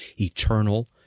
eternal